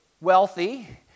wealthy